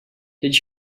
did